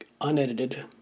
unedited